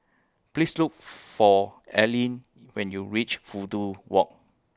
Please Look For Eileen when YOU REACH Fudu Walk